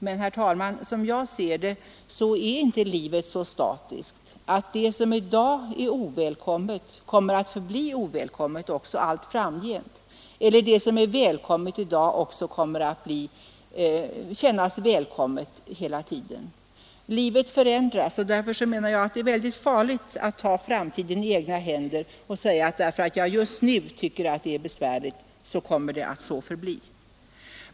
Men, herr talman, som jag ser det är inte livet så statiskt att det som i dag är ovälkommet kommer att förbli ovälkommet också allt framgent, eller att det som är välkommet i dag också kommer att kännas välkommet hela tiden. Livet förändras. Därför är det mycket farligt att ta framtiden i egna händer och säga att eftersom jag just nu tycker att det är besvärligt kommer det att så förbli.